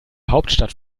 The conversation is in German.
hauptstadt